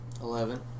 eleven